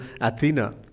Athena